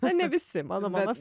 na ne visi mano mama